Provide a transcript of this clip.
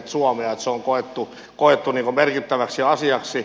se on koettu merkittäväksi asiaksi